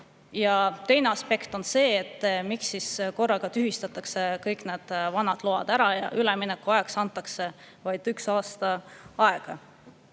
Teine [küsimus] on see, et miks siis korraga tühistatakse kõik need vanad load ära ja üleminekuks antakse vaid üks aasta aega.